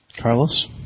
Carlos